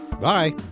Bye